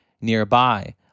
Nearby